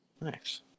Nice